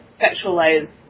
sexualized